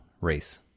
race